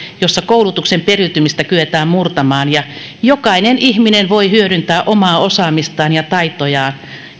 jossa koulutuksen periytymistä kyetään murtamaan ja jokainen ihminen voi hyödyntää omaa osaamistaan ja taitojaan